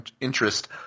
interest